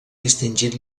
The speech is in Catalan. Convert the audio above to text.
distingit